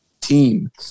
team